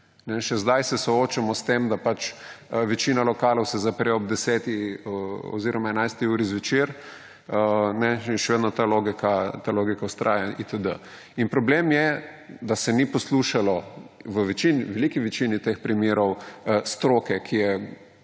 Še zdaj se soočamo s tem, da se večina lokalov zapre ob 10. oziroma 11. uri zvečer in še vedno ta logika vztraja. Problem je, da se ni poslušalo v veliki večini teh primerov stroke, ki je